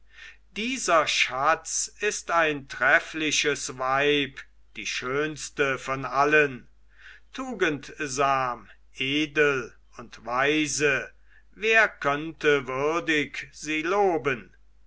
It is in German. dieser schatz ist ein treffliches weib die schönste von allen tugendsam edel und weise wer könnte würdig sie loben